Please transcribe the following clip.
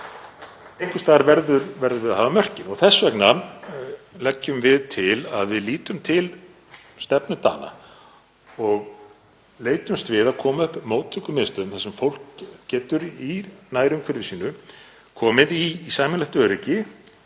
Einhvers staðar verðum við að draga mörkin. Þess vegna leggjum við til að við lítum til stefnu Dana og leitumst við að koma upp móttökumiðstöð þar sem fólk getur í nærumhverfi sínu komið í sæmilegt öryggi